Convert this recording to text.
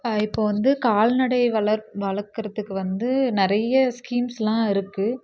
இப்போது வந்து கால்நடை வளர்க் வளர்க்கறதுக்கு வந்து நிறைய ஸ்கீம்ஸ்யெலாம் இருக்குது